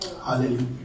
Hallelujah